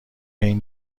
این